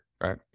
right